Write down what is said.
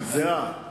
הזיעה?